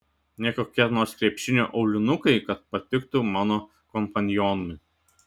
ne kokie nors krepšinio aulinukai kad patiktų mano kompanionui